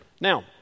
Now